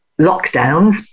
lockdowns